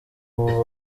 ubu